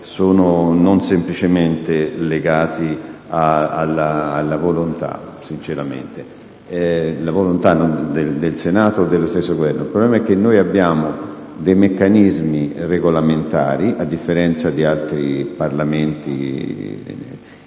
non sono semplicemente legati alla volontà del Senato o dello stesso Governo. Il problema è che noi abbiamo dei meccanismi regolamentari, a differenza di altri Parlamenti